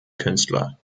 künstler